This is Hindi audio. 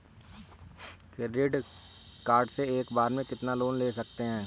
क्रेडिट कार्ड से एक बार में कितना लोन ले सकते हैं?